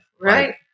Right